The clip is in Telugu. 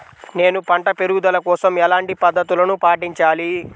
నేను పంట పెరుగుదల కోసం ఎలాంటి పద్దతులను పాటించాలి?